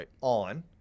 on